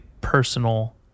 personal